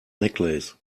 necklace